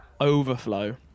overflow